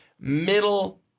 middle